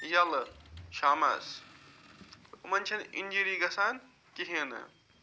یَلہٕ شامَس یِمَن چھَنہٕ اِنجری گَژھان کِہیٖنۍ نہٕ